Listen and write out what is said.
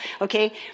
Okay